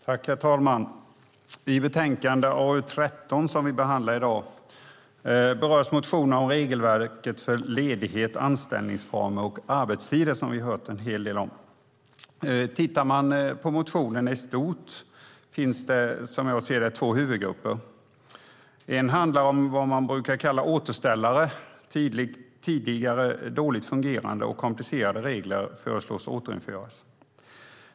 Herr talman! I betänkande AU13 som vi behandlar i dag berörs motioner om regelverket för ledighet, anställningsformer och arbetstider, som vi har hört en hel del om. Tittar man på motionerna i stort finns det, som jag ser det, två huvudgrupper. En handlar om vad man brukar kalla återställare, där tidigare dåligt fungerande och komplicerade regler föreslås återinföras.